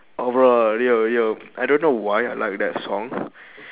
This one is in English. overall yo yo I don't know why I like that song